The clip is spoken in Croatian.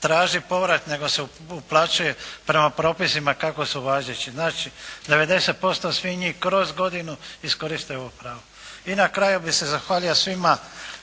tražiti povrat, nego se uplaćuje prema propisima kako su važeći. Znači, 90% svih njih kroz godinu iskoriste ovo pravo. I na kraju bih se zahvalio svima